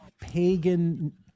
pagan